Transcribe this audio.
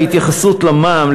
בהתייחסות למע"מ,